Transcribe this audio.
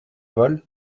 vol